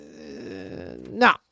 No